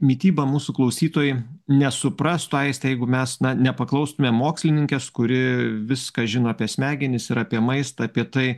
mitybą mūsų klausytojai nesuprastų aiste jeigu mes na nepaklaustume mokslininkės kuri viską žino apie smegenis ir apie maistą apie tai